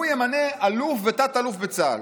הוא ימנה אלוף ותת-אלוף בצה"ל.